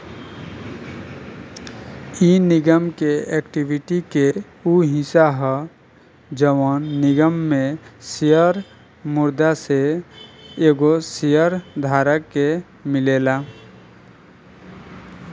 इ निगम के एक्विटी के उ हिस्सा ह जवन निगम में शेयर मुद्दा से एगो शेयर धारक के मिलेला